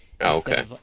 Okay